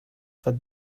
for